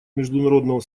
международного